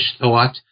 thought